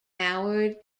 howard